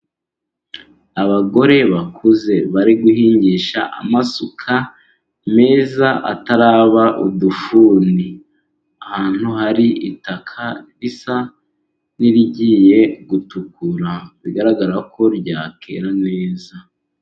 Abagore bakuze bari guhingisha amasuka meza, ataraba udufuni ahantu hari itaka risa n'irigiye gutukura, bigaragara ko ryakwera neza.